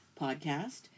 podcast